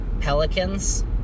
Pelicans